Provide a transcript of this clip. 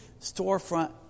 storefront